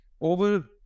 Over